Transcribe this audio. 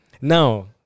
now